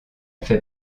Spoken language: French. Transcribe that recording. fait